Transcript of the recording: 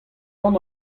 ran